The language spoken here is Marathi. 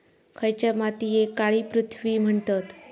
खयच्या मातीयेक काळी पृथ्वी म्हणतत?